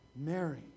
Mary